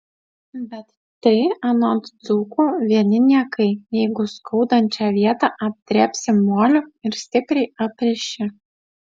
bet tai anot dzūkų vieni niekai jeigu skaudančią vietą apdrėbsi moliu ir stipriai apriši